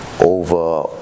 over